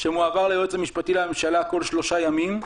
שמועבר ליועץ המשפטי לממשלה כל שלושה ימים,